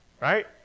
right